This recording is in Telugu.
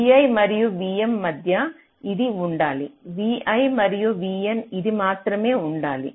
vi మరియు vm మధ్య ఇది ఉండాలి vi మరియు vn ఇది మాత్రమే ఉండాలి